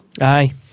Aye